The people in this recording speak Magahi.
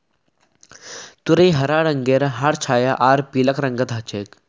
तुरई हरा रंगेर हर छाया आर पीलक रंगत ह छेक